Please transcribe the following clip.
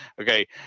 okay